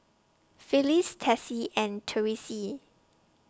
Phyliss Tessie and Tyreese